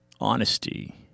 honesty